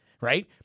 right